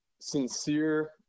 sincere